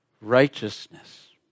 righteousness